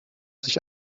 sich